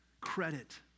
credit